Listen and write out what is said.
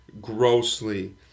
grossly